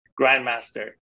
grandmaster